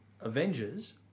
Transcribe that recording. Avengers